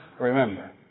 remember